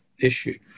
issue